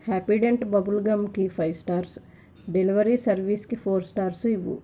Happydent బబుల్గమ్కి five stars delivery సర్వీస్కి four stars ఇవ్వు